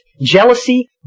jealousy